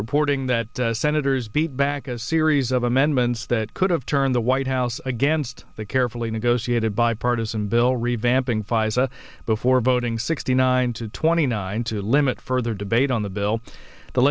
reporting that senators beat back a series of amendments that could have turned the white house against the carefully negotiated bipartisan bill revamping pfizer before voting sixty nine to twenty nine to limit further debate on the bill the